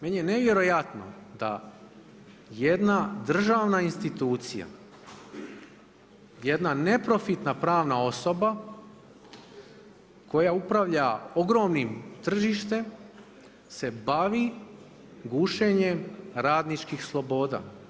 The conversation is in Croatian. Meni je nevjerojatno da jedna državna institucija, jedna neprofitna pravna osoba koja upravlja ogromnim tržištem se bavi gušenjem radničkih sloboda.